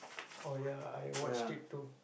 oh ya I watched it too